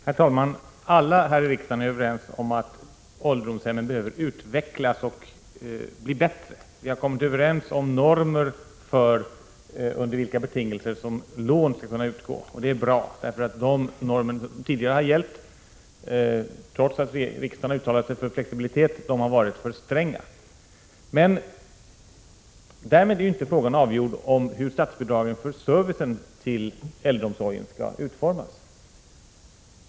Herr talman! Alla här i riksdagen är eniga om att ålderdomshemmen behöver utvecklas och bli bättre. Vi har kommit överens om normer för under vilka betingelser lån skall kunna utgå, och det är bra, för de normer som tidigare har gällt har varit för stränga, trots att riksdagen tidigare har uttalat sig för flexibilitet. Men därmed är inte frågan avgjord om hur statsbidragen för servicen till äldreomsorgen skall utformas.